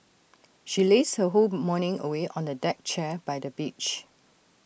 she lazed her whole morning away on A deck chair by the beach